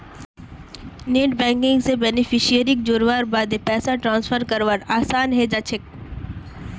net banking स बेनिफिशियरीक जोड़वार बादे पैसा ट्रांसफर करवा असान है जाछेक